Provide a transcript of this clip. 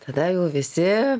tada jau visi